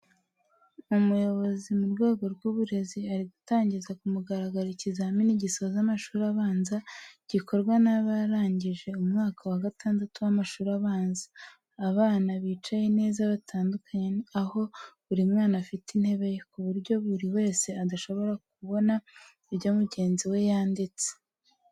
Umuyobozi mu rwego rw'uburezi ari gutangiza ku mugaragaro ikizami gisoza amashuri abanza gikorwa n'abarangije umwaka wa gatandatu w'amashuri abanza. Abana bicaye neza batandukanye aho buri mwana afite intebe ye, ku buryo buri wese adashobora kubona ibyo mugenzi we yanditse.